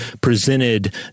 presented